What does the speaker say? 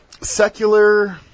Secular